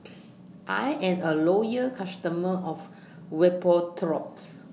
I Am A Loyal customer of Vapodrops